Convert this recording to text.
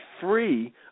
free